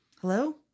Hello